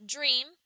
Dream